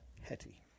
Hetty